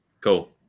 Cool